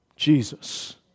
Jesus